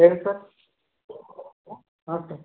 ಹೇಳಿ ಸರ್ ಹಾಂ ಸರ್